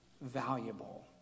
valuable